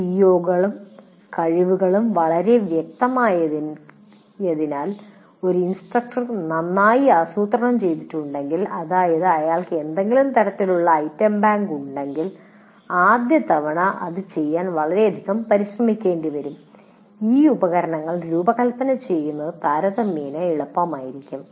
സിഒകളും കഴിവുകളും വളരെ വ്യക്തമായതിനാൽ ഒരു ഇൻസ്ട്രക്ടർ നന്നായി ആസൂത്രണം ചെയ്തിട്ടുണ്ടെങ്കിൽ അതായത് അയാൾക്ക് ഏതെങ്കിലും തരത്തിലുള്ള ഐറ്റം ബാങ്ക് ഉണ്ടെങ്കിൽ ആദ്യ തവണ ഇത് ചെയ്യാൻ വളരെയധികം പരിശ്രമിക്കേണ്ടിവരും ഈ ഉപകരണങ്ങൾ രൂപകൽപ്പന ചെയ്യുന്നത് താരതമ്യേന എളുപ്പമായിരിക്കും